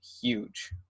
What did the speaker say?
huge